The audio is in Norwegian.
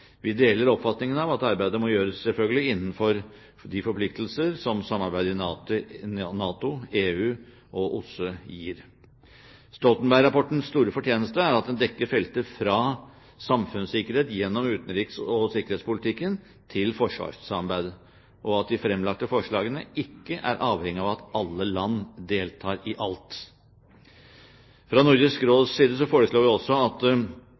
Vi deler oppfatningen av at arbeidet selvfølgelig må gjøres innenfor de forpliktelser som samarbeidet i NATO, EU og OSSE gir. Stoltenberg-rapportens store fortjeneste er at den dekker felter fra samfunnssikkerhet gjennom utenriks- og sikkerhetspolitikken til forsvarssamarbeidet, og at de fremlagte forslagene ikke er avhengige av at alle land deltar i alt. Fra Nordisk Råds side forslår vi også at